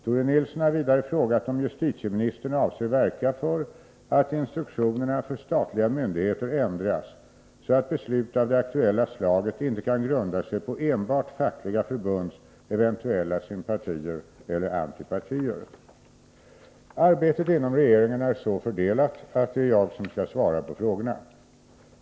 Tore Nilsson har vidare frågat om justitieministern avser verka för att instruktionerna för statliga myndigheter ändras så att beslut av det aktuella slaget inte kan grunda sig på enbart fackliga förbunds eventuella sympatier eller antipatier. Arbetet inom regeringen är så fördelat att det är jag som skall svara på frågorna.